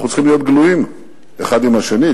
אנחנו צריכים להיות גלויים האחד עם השני.